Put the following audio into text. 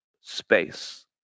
space